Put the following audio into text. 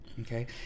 Okay